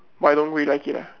but I don't really like it ah